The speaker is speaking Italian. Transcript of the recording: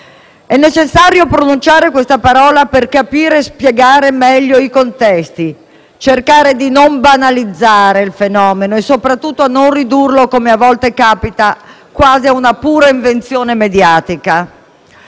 È necessario pronunciare questa parola per capire e spiegare meglio i contesti, per cercare di non banalizzare il fenomeno e soprattutto per non ridurlo - come a volte capita - quasi a una pura invenzione mediatica.